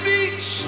Beach